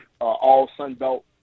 all-Sunbelt